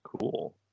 cool